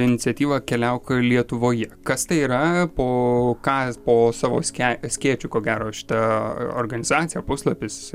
iniciatyvą keliauk lietuvoje kas tai yra po ką po savo ske skėčiu ko gero šita organizacija puslapis